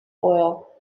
oil